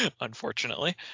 unfortunately